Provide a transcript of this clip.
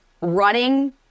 running